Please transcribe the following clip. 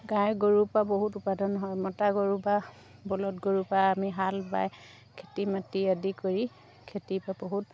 গাই গৰুৰ পৰা বহুত উৎপাদন হয় মতা গৰুৰ পৰা বলধ গৰুৰ পৰা আমি হাল বাই খেতি মাটি আদি কৰি খেতি পৰা বহুত